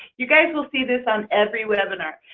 you guys will see this on every webinar,